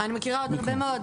אני מכירה עוד הרבה מאוד,